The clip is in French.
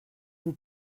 vous